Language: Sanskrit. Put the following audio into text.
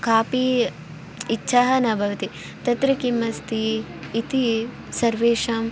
कापि इच्छा न भवति तत्र किम् अस्ति इति सर्वेषां